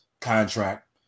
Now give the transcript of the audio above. contract